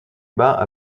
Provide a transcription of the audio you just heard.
bas